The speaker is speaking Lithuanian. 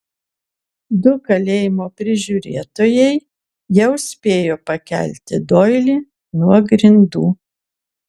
du kalėjimo prižiūrėtojai jau spėjo pakelti doilį nuo grindų